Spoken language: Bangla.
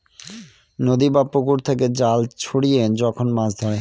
নদী বা পুকুর থেকে জাল ছড়িয়ে যখন মাছ ধরে